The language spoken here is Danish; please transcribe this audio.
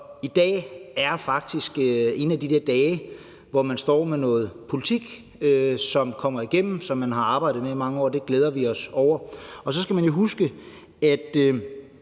i dag er faktisk en af de der dage, hvor man står med noget politik, som kommer igennem, og som man har arbejdet med i mange år, og det glæder vi os over. Så skal man jo huske, at